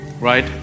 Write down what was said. right